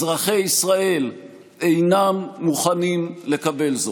אזרחי ישראל אינם מוכנים לקבל זאת.